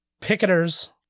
picketers